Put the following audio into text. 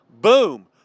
Boom